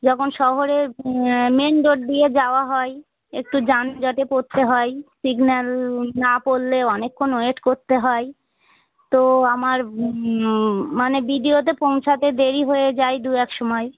যখন শহরে main road দিয়ে যাওয়া হয় একটু যানযটে পরতে হয় সিগন্যাল না পড়লে অনেকক্ষণ ওয়েট করতে হয় তো আমার মানে বিডিওতে পৌঁছাতে দেরি হয়ে যায় দু এক সময়